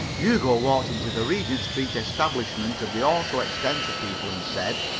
hugo walked into the regent street establishment of the auto-extensor people, and said